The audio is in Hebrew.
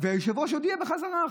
והיושב-ראש הודיע בחזרה עכשיו: